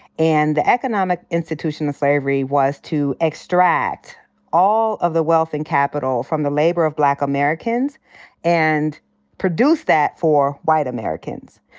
and the economic institution of slavery was to extract all of the wealth and capital from the labor of black americans and produce that for white americans.